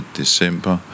december